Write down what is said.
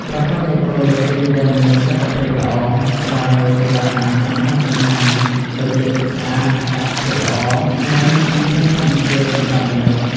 ប្រព័ន្ធអេកូឡូស៊ីដែលមានសុខភាពល្អ ផ្តល់នូវសេវាកម្មសំខាន់ៗដូចជាទឹកស្អាត អាកាសធាតុល្អ និងធនធានធម្មជាតិសម្រាប់មនុស្ស។